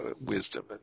wisdom